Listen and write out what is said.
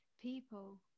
people